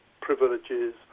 privileges